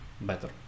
Better